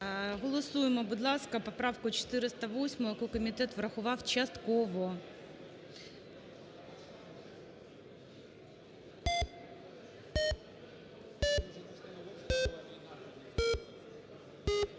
Голосуємо, будь ласка, поправку 408, яку комітет врахував частково.